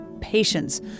patience